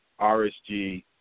RSG